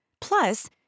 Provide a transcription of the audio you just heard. Plus